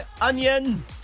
Onion